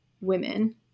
women